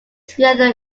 together